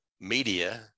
media